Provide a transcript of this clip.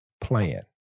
plan